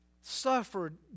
suffered